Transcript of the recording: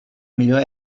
millor